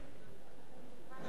בבקשה.